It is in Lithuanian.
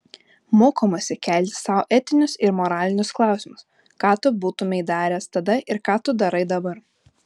mokomasi kelti sau etinius ir moralinius klausimus ką tu būtumei daręs tada ir ką tu darai dabar